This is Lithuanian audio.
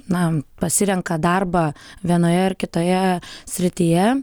na pasirenka darbą vienoje ar kitoje srityje